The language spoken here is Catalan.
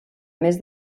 més